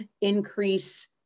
increase